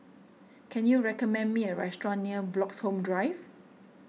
can you recommend me a restaurant near Bloxhome Drive